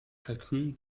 kalkül